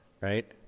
right